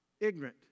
Ignorant